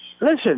Listen